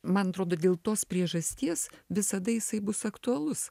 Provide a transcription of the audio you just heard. man atrodo dėl tos priežasties visada jisai bus aktualus